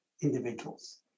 individuals